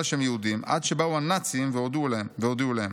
שהם יהודים עד שבאו הנאצים והודיעו להם.